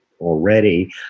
already